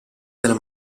della